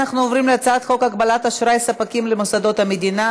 אנחנו עוברים להצעת חוק הגבלת אשראי ספקים למוסדות המדינה,